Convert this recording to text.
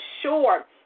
sure